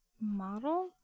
Model